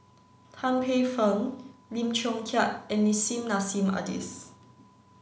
Tan Paey Fern Lim Chong Keat and Nissim Nassim Adis